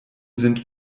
sind